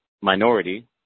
minority